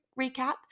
recap